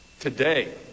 Today